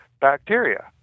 bacteria